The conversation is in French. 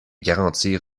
garantir